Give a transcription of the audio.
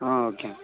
okay